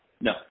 No